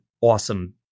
awesome